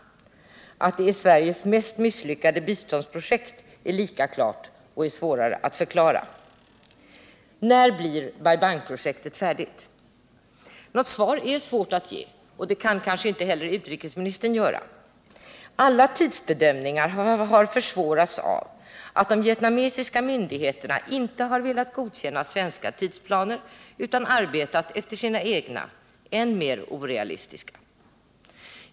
Att det är Sveriges mest misslyckade biståndsprojekt är lika klart och är svårare att förklara. När blir Bai Bang-projektet färdigt? Något svar är svårt att ge. Det kan kanske inte heller utrikesministern göra. Alla tidsbedömningar har försvårats av att de vietnamesiska myndigheterna inte har velat godkänna svenska tidsplaner utan arbetat efter sina egna, än mer orealistiska.